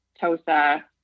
Tosa